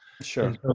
Sure